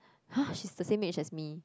!huh! she's the same age as me